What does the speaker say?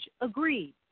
agreed